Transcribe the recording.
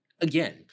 again